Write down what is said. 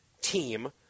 team